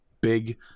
big